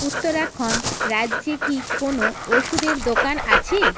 উত্তরাখন্ড রাজ্যে কি কোনো ওষুধের দোকান আছে